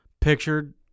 pictured